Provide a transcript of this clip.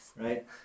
Right